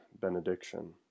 benediction